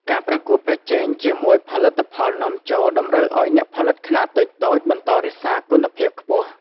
ការប្រកួតប្រជែង ជាមួយផលិតផលនាំចូលតម្រូវឱ្យអ្នកផលិតខ្នាតតូចៗបន្តរក្សាគុណភាពខ្ពស់។